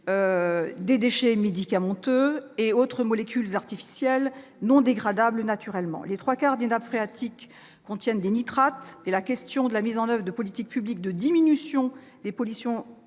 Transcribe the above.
de déchets médicamenteux et autres molécules artificielles non dégradables naturellement. Les trois quarts des nappes phréatiques contiennent des nitrates et la question de la mise en oeuvre de politiques publiques de diminution des pollutions